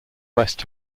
west